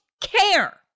care